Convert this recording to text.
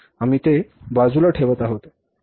आम्ही ते बाजूला ठेवत आहोत